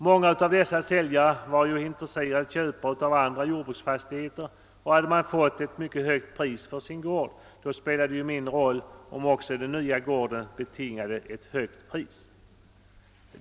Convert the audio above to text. Många av säljarna var intresserade köpare av andra jordbruksfastigheter, och hade man fått ett mycket högt pris för sin gård, spelade det mindre roll om också den nya gården betingade ett högt pris.